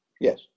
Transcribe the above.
Yes